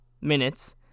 minutes